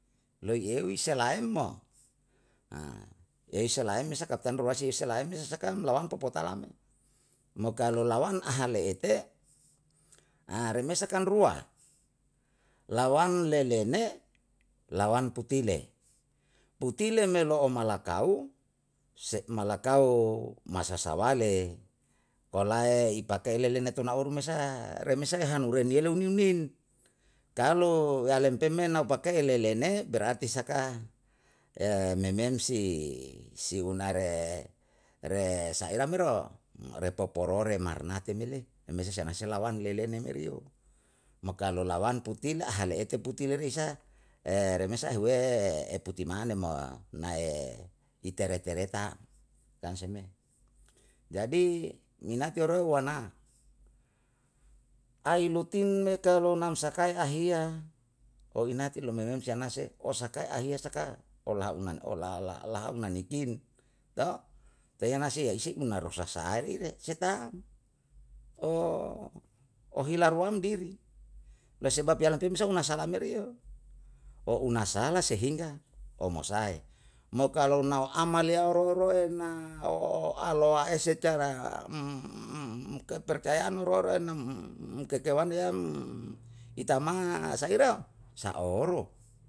Loi eu i selaem ei selaem kapitan ruasi uselaem isasaka lawam popotala me, mo kalu lawan ahale'ete remesa kan rua, lawan lelene, lawan putile, putile me lo'o malakau, malakau masasawale, kolae ipake lelena tuna uru me saha, remesa ehanurenielu niu nin, kalu yalem pe me naupake elelene, berarti saka memem si si unare re saera mero repoporore marnate me. pemese se anase lawan lelene me. Mo kalu lawan putila ahale ete putila risa remesa ehuwe eputi mane nae i tere tere ta, taam se me. Jadi ni nate roiwana, ai lotin me teolonam sakae ahiya, o inate lo nenem sanang se, osa ke ahiya saka olah unan ola ola ola ola ola haunanikin tewanasi waisi unaro sasa ari re se taam. ohila ruam diri, lo sebab yalem pe mesa nasalemu o u masala sehingga o masae, mo kalu nau amal yao rua rua na alo a setara kepercayaan rua rua tetewa niyam i tamang asaliro, saoru